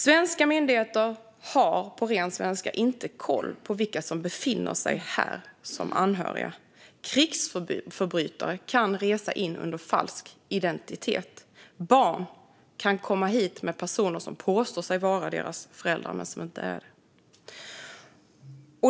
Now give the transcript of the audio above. Svenska myndigheter har på ren svenska inte koll på vilka som befinner sig här som anhöriga. Krigsförbrytare kan resa in under falsk identitet. Barn kan komma hit med personer som påstår sig vara deras föräldrar men inte är det.